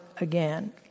again